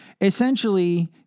essentially